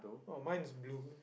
oh mine's blue